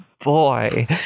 boy